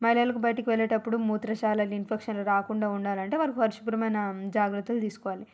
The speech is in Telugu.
మహిళలకు బయటికి వెళ్ళేటప్పుడు మూత్రశాలలు ఇన్ఫెక్షన్లు రాకుండా ఉండాలంటే వారు వారు శుభ్రమయిన జాగ్రత్తలు తీసుకోవాలి